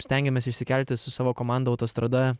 stengiamės išsikelti su savo komanda autostrada